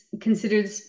considered